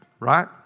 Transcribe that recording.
right